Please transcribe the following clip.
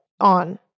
on